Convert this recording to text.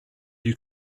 you